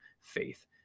faith